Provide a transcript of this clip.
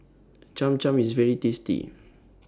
Cham Cham IS very tasty